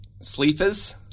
sleepers